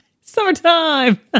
summertime